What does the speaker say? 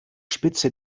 spitze